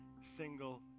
single